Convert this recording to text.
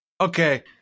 Okay